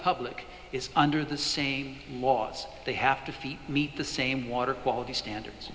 public is under the same laws they have to feed meet the same water quality standards